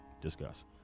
discuss